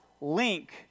link